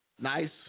Nice